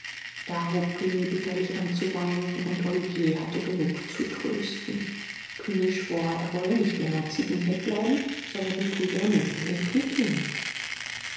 da hob cugny bitterlich an zu weinen und olivier hatte genug zu trösten cugny schwor er wolle nicht länger ziegenhirt bleiben sondern im frühjahr mit in den krieg gehen